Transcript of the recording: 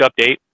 update